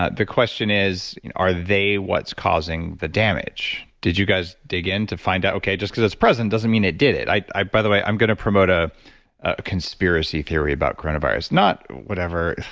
ah the question is, are they what's causing the damage? did you guys dig in to find out, okay, just because it's present doesn't mean it did it. by the way, i'm going to promote ah a conspiracy theory about coronavirus, not whatever.